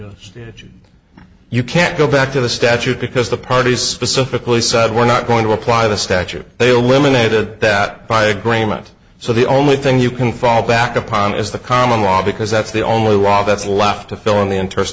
stage you can't go back to the statute because the parties pacifically said we're not going to apply the statute they eliminated that by agreement so the only thing you can fall back upon is the common law because that's the only law that's left to fill in the interest